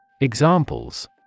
Examples